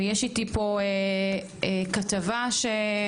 ויש איתי פה כתבה שהבוקר,